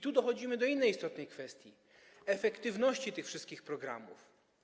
Tu dochodzimy do innej istotnej kwestii: efektywności tych wszystkich programów.